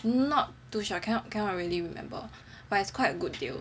not too sure cannot cannot really remember but it's quite a good deal